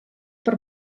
per